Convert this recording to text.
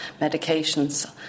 medications